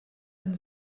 ein